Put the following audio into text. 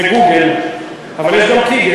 זה "גוגל", אבל יש גם קיגל.